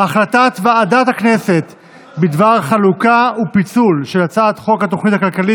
הצעת ועדת הכנסת בדבר חלוקה ופיצול של הצעת חוק התוכנית הכלכלית